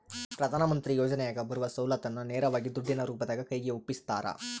ಪ್ರಧಾನ ಮಂತ್ರಿ ಯೋಜನೆಯಾಗ ಬರುವ ಸೌಲತ್ತನ್ನ ನೇರವಾಗಿ ದುಡ್ಡಿನ ರೂಪದಾಗ ಕೈಗೆ ಒಪ್ಪಿಸ್ತಾರ?